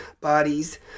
bodies